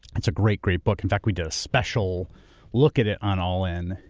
it's a great, great book. in fact, we did a special look at it on all in.